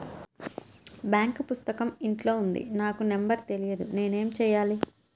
Bank పుస్తకం ఇంట్లో ఉంది నాకు నంబర్ తెలియదు నేను ఏమి చెయ్యాలి?